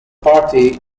party